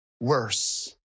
worse